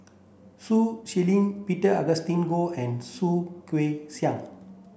Sun Xueling Peter Augustine Goh and Soh Kay Siang